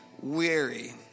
weary